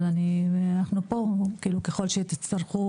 אבל אנחנו פה ככל שתצטרכו,